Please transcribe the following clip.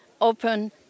Open